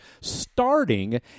starting